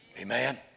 Amen